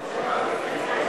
האלה?